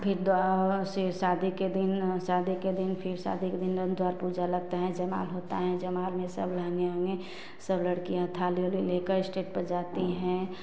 फिर द्वा से शादी के दिन शादी के दिन फिर शादी के दिन हम द्वार पूजा लगती है जयमाल होता है जयमाल में सब बहनें उहनें सब लड़कियाँ थाल उल लेकर स्टेज़ पर जाती हैं